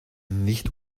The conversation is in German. nicht